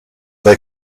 they